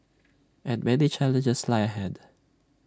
and many challenges lie ahead